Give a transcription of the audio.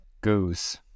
goose